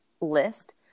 list